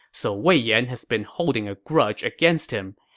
so wei yan has been holding a grudge against him.